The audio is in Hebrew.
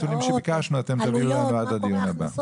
שביקשנו אתם תעבירו לנו עד הדיון הבא.